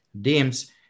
dims